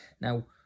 Now